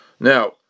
Now